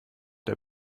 der